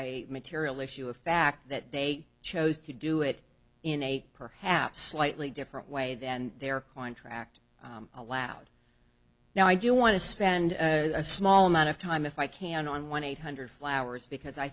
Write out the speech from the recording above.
a material issue a fact that they chose to do it in a perhaps slightly different way than their contract allowed now i do want to spend a small amount of time if i can on one eight hundred flowers because i